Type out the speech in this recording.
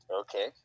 Okay